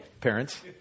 parents